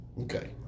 Okay